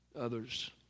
others